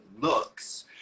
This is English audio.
looks